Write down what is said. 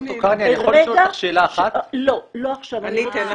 ד"ר קרני, אני יכול לשאול אותך שאלה אחת?